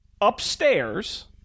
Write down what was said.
Upstairs